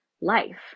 life